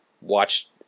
watch